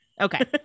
Okay